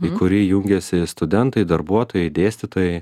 į kurį jungiasi studentai darbuotojai dėstytojai